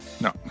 No